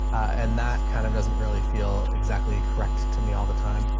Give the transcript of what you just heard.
and that kind of doesn't really feel exactly correct to me all the time.